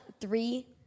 Three